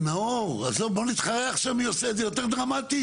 נאור, בוא נתחרה עכשיו מי עושה את זה יותר דרמטי?